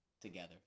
together